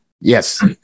Yes